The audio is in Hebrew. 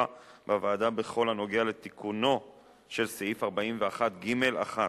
בוועדה בכל הנוגע לתיקונו של סעיף 41(ג)(1)